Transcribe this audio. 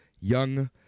Young